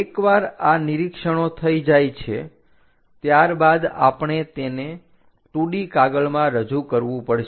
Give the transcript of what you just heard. એકવાર આ નિરીક્ષણો થઈ જાય છે ત્યારબાદ આપણે તેને 2D કાગળમાં રજુ કરવું પડશે